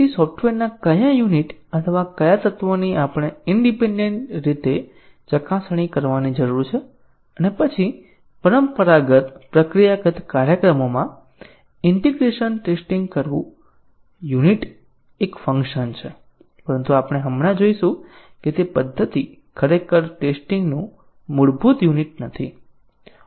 સોફ્ટવેરના કયા યુનિટ અથવા કયા તત્વોની આપણે ઇનડીપેન્ડેન્ટ રીતે ચકાસણી કરવાની જરૂર છે અને પછી પરંપરાગત પ્રક્રિયાગત કાર્યક્રમોમાં ઈન્ટીગ્રેશન ટેસ્ટીંગ કરવું યુનિટ એક ફંક્શન છે પરંતુ આપણે હમણાં જ જોઈશું કે તે પદ્ધતિ ખરેખર ટેસ્ટીંગ નું મૂળભૂત યુનિટ નથી